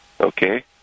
okay